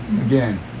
again